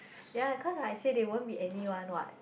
ya cause I say they won't be anyone what